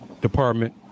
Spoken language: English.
department